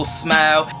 smile